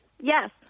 Yes